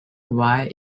why